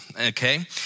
okay